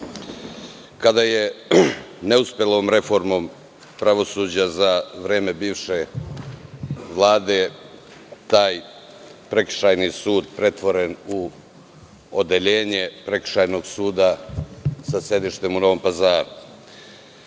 kada je neuspelom reformom pravosuđa za vreme bivše Vlade taj prekršajni sud pretvoren u odeljenje Prekršajnog suda sa sedištem u Novom Pazaru. Ima